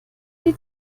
die